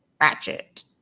ratchet